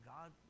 God